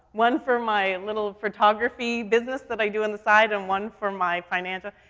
one for my little photography business that i do on the side, and one for my financial.